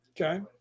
okay